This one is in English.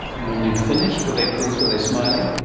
and when you'd finished, were they pleased? were they smiling?